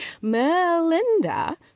Melinda